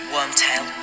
Wormtail